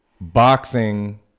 boxing